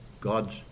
God's